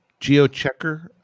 Geochecker